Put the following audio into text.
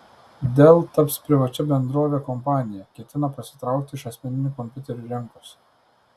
dell taps privačia bendrove kompanija ketina pasitraukti iš asmeninių kompiuterių rinkos